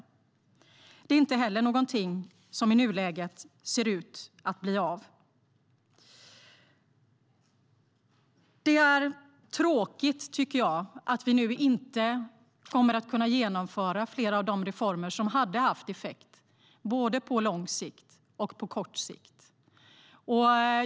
Det är inte heller någonting som i nuläget ser ut att bli av. Det är tråkigt att vi nu inte kommer att kunna genomföra flera av de reformer som hade haft effekt, både på lång sikt och på kort sikt.